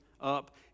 up